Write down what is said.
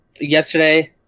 Yesterday